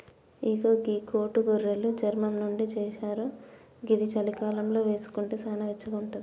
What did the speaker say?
ఇగో గీ కోటు గొర్రెలు చర్మం నుండి చేశారు ఇది చలికాలంలో వేసుకుంటే సానా వెచ్చగా ఉంటది